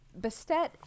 Bastet